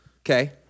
Okay